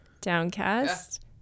Downcast